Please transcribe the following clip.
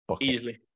Easily